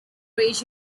rage